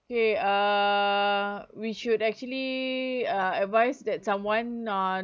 okay err we should actually uh advice that someone not